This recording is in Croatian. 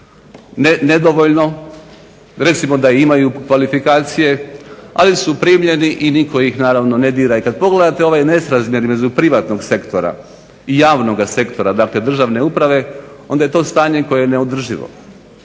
nedovoljno, recimo da imaju kvalifikacije, ali su primljeni i nitko ih naravno ne dira. I kad pogledate ovaj nesrazmjer između privatnog sektora i javnoga sektora, dakle državne uprave, onda je to stanje koje je neodrživo.